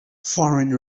foreign